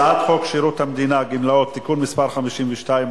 הצעת חוק שירות המדינה (גמלאות) (תיקון מס' 52),